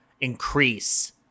increase